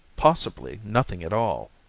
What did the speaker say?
possibly nothing at all.